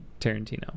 Tarantino